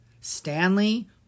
Stanley